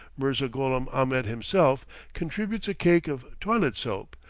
mirza gholam ahmed himself contributes a cake of toilet soap,